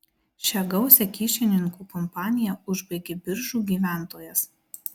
šią gausią kyšininkų kompaniją užbaigė biržų gyventojas